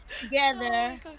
together